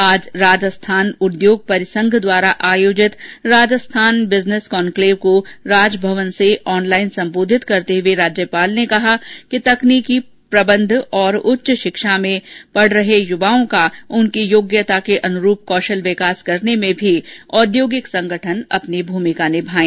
आज राजस्थान उद्योग परिसंघ द्वारा आयोजित राजस्थान बिजनेस कॉन्क्लेव को राजभवन से ऑनलाइन सम्बोधित करते हुए राज्यपाल ने कहा कि तकनीकी प्रबंध और उच्च शिक्षा में अध्ययनरत युवाओं का उनकी योग्यता के अनुरूप कौशल विकास करने में भी औद्योगिक संगठन अपनी भूमिका निभाएं